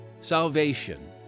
Salvation